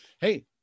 Hey